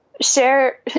share